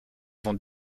vont